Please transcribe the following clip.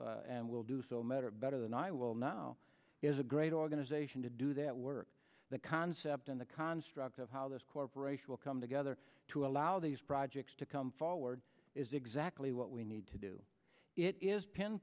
and will do so matter better than i will now is a great organization to do that work the concept in the construct of how this corporation will come together to allow these projects to come forward is exactly what we need to do it is